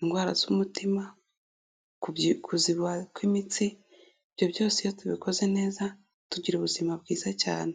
indwara z'umutima, kuziba kw'imitsi, ibyo byose iyo tubikoze neza tugira ubuzima bwiza cyane.